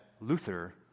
Luther